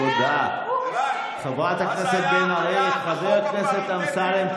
חבר הכנסת אמסלם,